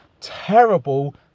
Terrible